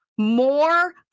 more